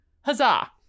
Huzzah